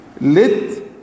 Lit